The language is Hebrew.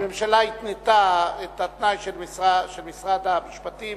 הממשלה התנתה את התנאי של משרד המשפטים